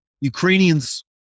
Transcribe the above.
Ukrainians